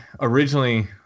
originally